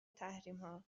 تحریمها